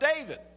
David